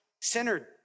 centered